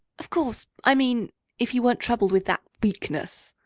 of course, i mean if he weren't troubled with that weakness.